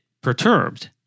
perturbed